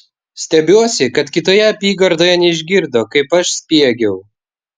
stebiuosi kad kitoje apygardoje neišgirdo kaip aš spiegiau